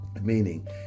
Meaning